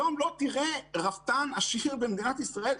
היום, לא תראה רפתן עשיר במדינת ישראל.